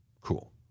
Cool